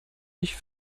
ich